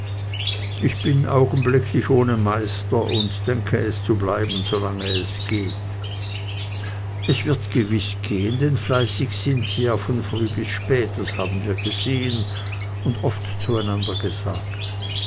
ich bin augenblicklich ohne meister und denke es zu bleiben solang es geht es wird gewiß gehen denn fleißig sind sie ja von früh bis spät das haben wir gesehen und oft zueinander gesagt